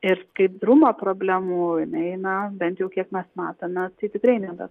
ir skaidrumo problemų neina bent jau kiek mes matome tai tikrai nebe